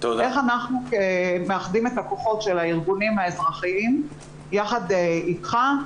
איך אנחנו מאחדים את הכוחות של הארגונים האזרחיים יחד אתך,